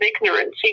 ignorance